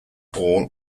all